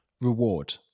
reward